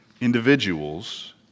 individuals